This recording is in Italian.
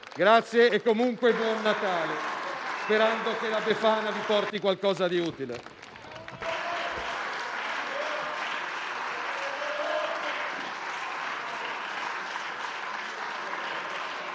Grazie e comunque buon Natale, sperando che la befana vi porti qualcosa di utile.